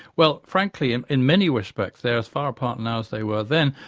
well frankly, and in many respects they're as far apart now as they were then.